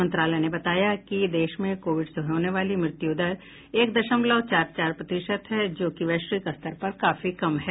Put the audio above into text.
मंत्रालय ने बताया कि देश में कोविड से होने वाली मृत्यु दर एक दशमलव चार चार प्रतिशत है जो वैश्विक स्तर पर काफी कम है